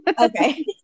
Okay